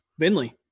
Binley